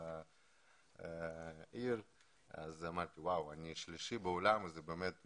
בעיר, אמרתי שאני השלישי בעולם וזה באמת מרגש.